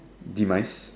demise